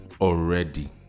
already